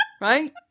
Right